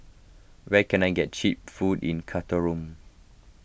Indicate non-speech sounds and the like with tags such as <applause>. where can I get Cheap Food in <unintelligible>